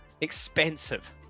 expensive